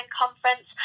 conference